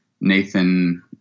Nathan